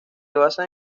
basan